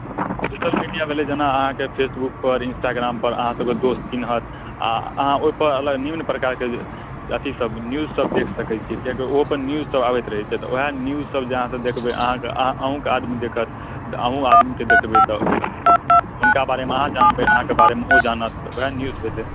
social media भेलै जेना अहाँकेँ फेसबुकपर इन्स्टाग्रामपर अहाँ सभकेँ दोस्त चिन्हत आ ओहिपर अलग निम्न प्रकारकेँ जे अथी सभ न्यूजसभ देख सकै छी कियाकि ओहोपर न्यूजसभ आबैत रहै छै तऽ उएह न्यूजसभ अहाँ देखबै अहाँकेँ अहुँकेँ आदमी देखत तऽअहूँ आदमीकेँ देखबै तऽ हुनका बारेमे अहाँ जानबै अहाँकेँ बारेमे ओ जानत तऽ उएह न्यूज भेलै